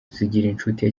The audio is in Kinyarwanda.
zigirinshuti